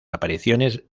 apariciones